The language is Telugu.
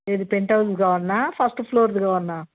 ఏది పెంట్హౌస్ది కావాల ఫస్ట్ ఫ్లోర్ది కావాల